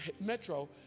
Metro